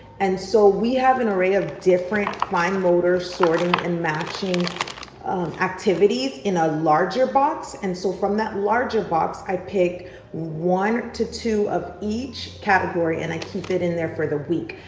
and so we have an array of different fine motor, sorting and matching activities in a larger box. and so from that larger box, i pick one to two of each category and i keep it in there for the week,